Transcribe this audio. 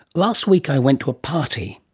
last week i went to a party.